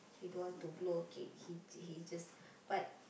he don't want to blow a cake he he just but